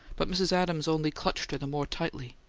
but mrs. adams only clutched her the more tightly.